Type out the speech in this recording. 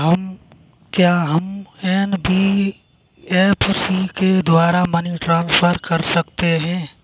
क्या हम एन.बी.एफ.सी के द्वारा मनी ट्रांसफर कर सकते हैं?